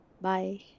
bye